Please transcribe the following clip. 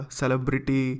celebrity